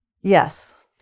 Yes